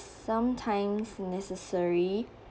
sometimes necessary